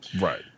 Right